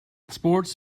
sports